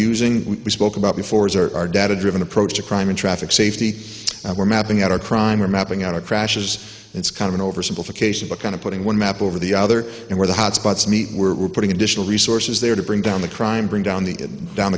using we spoke about before is our data driven approach to crime and traffic safety and we're mapping out our crime or mapping out of crashes it's kind of an oversimplification but kind of putting one map over the other and where the hotspots meet we're putting additional resources there to bring down the crime bring down